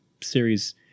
series